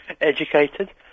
Educated